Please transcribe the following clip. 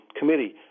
committee